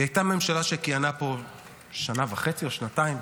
היא הייתה ממשלה שכיהנה פה שנה וחצי או שנתיים,